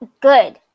good